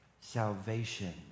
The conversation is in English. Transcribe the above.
salvation